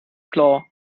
klar